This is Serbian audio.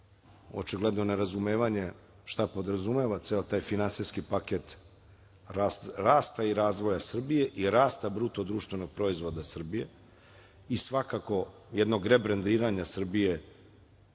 očigledno nerazumevanje šta podrazumeva ceo taj finansijski pakete rasta i razvoja Srbije i rasta BDP-a Srbije i svakako jednog rebrendiranja Srbije